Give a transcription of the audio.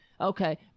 okay